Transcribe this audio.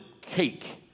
cake